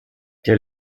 der